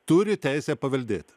turi teisę paveldėti